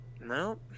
no